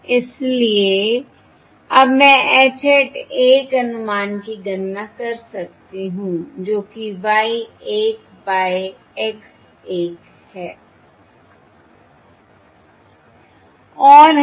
इसलिए अब मैं H hat 1 अनुमान की गणना कर सकती हूं जो कि Y 1 बाय X 1 है